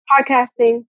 podcasting